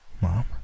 Mom